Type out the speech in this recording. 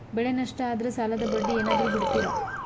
ಬೆಳೆ ನಷ್ಟ ಆದ್ರ ಸಾಲದ ಬಡ್ಡಿ ಏನಾದ್ರು ಬಿಡ್ತಿರಾ?